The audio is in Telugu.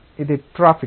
ఇది ట్రాఫిక్